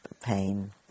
pain